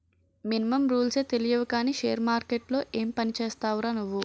Minimum రూల్సే తెలియవు కానీ షేర్ మార్కెట్లో ఏం పనిచేస్తావురా నువ్వు?